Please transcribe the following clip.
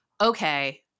okay